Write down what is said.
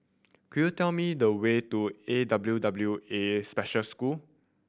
could you tell me the way to A W W A Special School